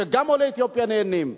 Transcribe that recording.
וגם עולי אתיופיה נהנים,